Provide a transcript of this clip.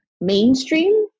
mainstream